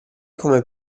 come